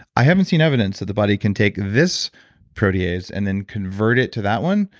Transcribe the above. i haven't seen evidence that the body can take this protease and then convert it to that one,